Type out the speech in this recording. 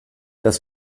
das